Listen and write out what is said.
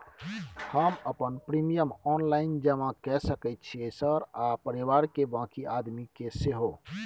हम अपन premium online जमा के सके छियै सर आ परिवार के बाँकी आदमी के सेहो?